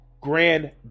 grand